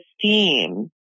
esteem